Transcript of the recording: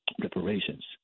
reparations